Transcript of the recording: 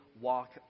walk